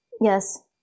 yes